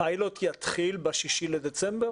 הפיילוט יתחיל ב-6 בדצמבר?